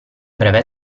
breve